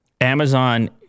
Amazon